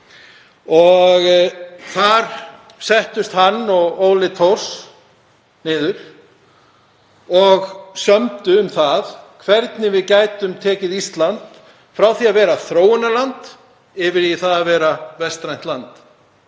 Þar settust hann og Ólafur Thors niður og sömdu um það hvernig við gætum breytt Íslandi úr því að vera þróunarland og yfir í það að vera vestrænt land.